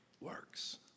works